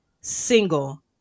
single